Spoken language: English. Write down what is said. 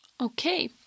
Okay